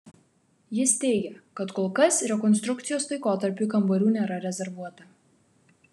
jis teigia kad kol kas rekonstrukcijos laikotarpiui kambarių nėra rezervuota